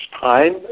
time